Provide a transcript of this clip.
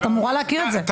או יום אחד תהיה